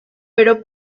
pero